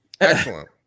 Excellent